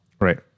Right